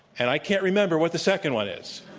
and i can't remember what the second one is.